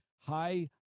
High